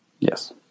Yes